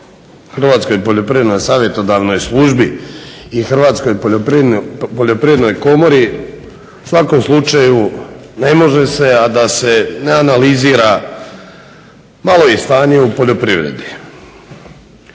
Hrvatskoj poljoprivrednoj savjetodavnoj službi i Hrvatskoj poljoprivrednoj komori u svakom slučaju ne može se, a da se ne analizira malo i stanje u poljoprivredi.